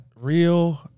real